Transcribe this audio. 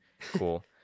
cool